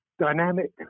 Dynamic